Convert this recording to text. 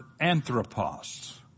anthropos